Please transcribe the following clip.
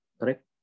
Correct